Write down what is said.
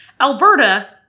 Alberta